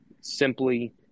simply